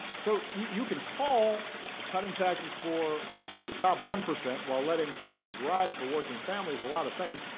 so you can call cutting taxes for the top one percent while letting taxes rise for working families a lot of things.